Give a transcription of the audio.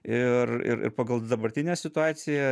ir ir ir pagal dabartinę situaciją